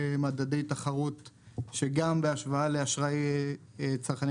מדדי תחרות שגם בהשוואה לאשראי צרכני